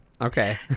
okay